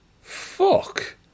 fuck